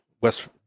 West